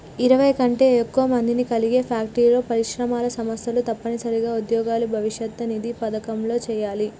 ఇరవై కంటే ఎక్కువ మందిని కలిగి ఫ్యాక్టరీలు పరిశ్రమలు సంస్థలు తప్పనిసరిగా ఉద్యోగుల భవిష్యత్ నిధి పథకంలో చేయాలి